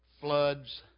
floods